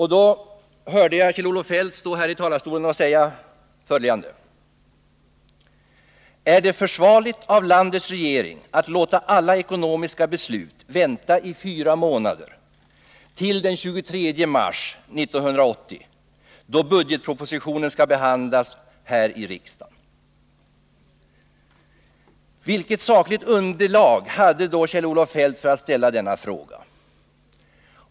Vid det tillfället hörde jag Kjell-Olof Feldt stå i talarstolen och säga följande: ”Är det försvarligt av landets regering att låta alla ekonomiska beslut vänta i fyra månader till den 23 mars 1980, då budgetpropositionen skall behandlas här i riksdagen?” Vilket sakligt underlag hade Kjell-Olof Feldt för att ställa denna fråga?